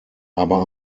aber